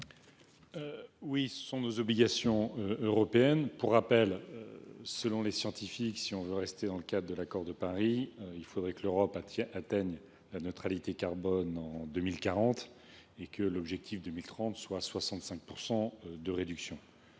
de respecter nos obligations européennes. Pour rappel, selon les scientifiques, si l’on veut rester dans le cadre de l’accord de Paris, il faudrait que l’Europe atteigne la neutralité carbone en 2040 et que l’objectif pour 2030 soit de 65 % de réduction.